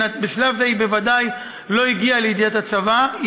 בשלב זה היא ודאי לא הגיעה לידיעת הצבא,